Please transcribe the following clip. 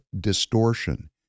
distortion